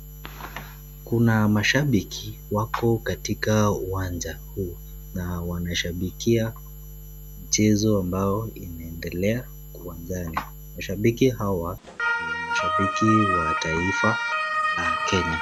Kuna mashambiki wako katika uwanja huu na wanashambikia mchezo ambao inaendelea uwanjani. Mashambiki hawa ni mashambiki wa taifa la Kenya.